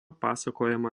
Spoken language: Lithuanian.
pasakojama